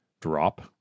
drop